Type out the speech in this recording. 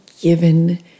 given